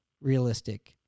Realistic